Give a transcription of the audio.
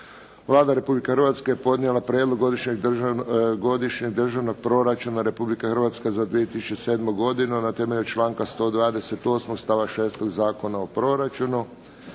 Vlada Republike Hrvatske podnijela je Prijedlog godišnjeg Državnog proračuna Republike Hrvatske za 2007. godinu na temelju članka 128. stavak 6. Zakona o proračunu.